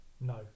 No